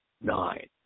nine